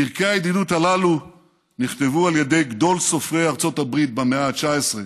פרקי הידידות הללו נכתבו על ידי גדול סופרי ארצות הברית במאה ה-19,